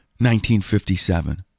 1957